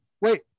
wait